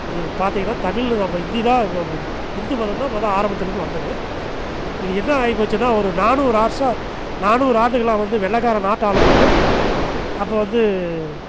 இது பார்த்திங்கன்னா தமிழ் நம்ம இந்தி தான் இந்து மதந்தான் முத ஆரம்பத்திலருந்து வந்தது இது என்ன ஆயிப்போச்சுன்னா ஒரு நானூறு வருஷம் நானூறு ஆண்டுகளாக வந்து வெள்ளைக்காரன் நாட்டை ஆளும் போது அப்போ வந்து